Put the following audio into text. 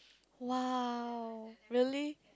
!wow! really